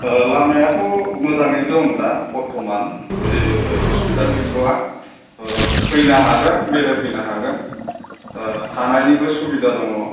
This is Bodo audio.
लामायाथ' मोजाङै दं दा बर्तमान जेबो असुबिदा गैथ'वा फैनो हागोन बेरायफैनो हागोन थानायनिबो सुबिदा दङ